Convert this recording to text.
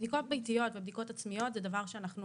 בדיקות ביתיות ובדיקות עצמיות זה דבר שאנחנו